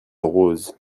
rose